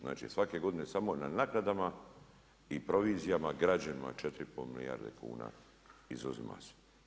Znači, svake godine samo na naknadama i provizijama građanima 4 i pol milijarde kuna izuzima se.